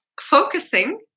focusing